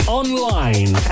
online